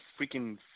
freaking